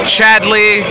Chadley